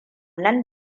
nan